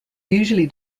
usually